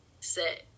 set